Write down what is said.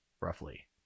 roughly